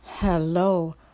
hello